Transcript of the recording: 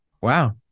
wow